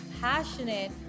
passionate